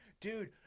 dude